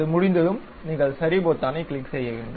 அது முடிந்ததும் நீங்கள் சரி பொத்தானைக் கிளிக் செய்ய வேண்டும்